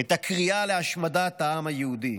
את הקריאה להשמדת העם היהודי.